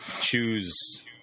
choose